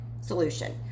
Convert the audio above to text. solution